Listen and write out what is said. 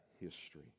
history